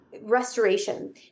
restoration